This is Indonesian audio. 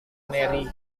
mary